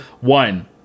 One